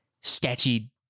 sketchy